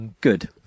Good